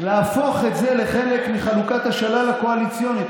להפוך את זה לחלק מחלוקת השלל הקואליציונית.